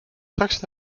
straks